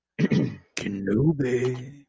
Kenobi